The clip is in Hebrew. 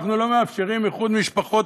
אנחנו לא מאפשרים איחוד משפחות,